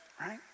right